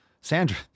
Sandra